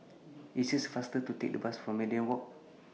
IT IS faster to Take The Bus to Media Walk